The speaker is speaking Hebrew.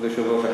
כבוד היושב-ראש,